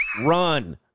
run